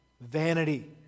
Vanity